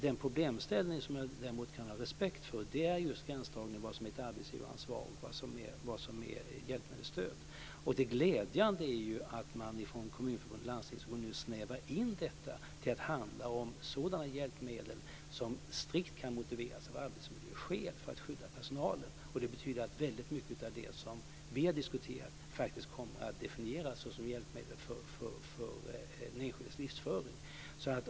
Den problemställning som jag däremot kan ha respekt för är just gränsdragningen mellan vad som är ett arbetsgivaransvar och vad som är hjälpmedelsstöd. Det glädjande är att Kommunförbundet och Landstingsförbundet nu snävar in detta till att handla om sådana hjälpmedel som strikt kan motiveras av arbetsmiljöskäl för att skydda personalen. Det betyder att väldigt mycket av det som vi har diskuterat kommer att definieras såsom hjälpmedel för den enskildes livsföring.